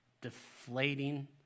deflating